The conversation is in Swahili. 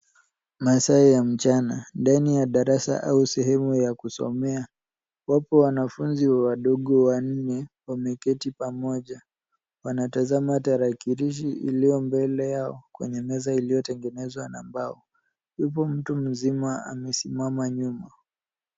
Masaa ya mchana, ndani ya darasa au sehemu ya kusomea. Wapo wanafunzi wadogo wanne wameketi pamoja. Wanatazama tarakilishi iliyo mbele yao kwenye meza iliyotengenezwa na mbao. Yupo mtu mzima amesimama nyuma.